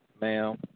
ma'am